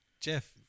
Jeff